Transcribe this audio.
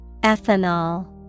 ethanol